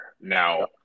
Now